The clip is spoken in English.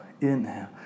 inhale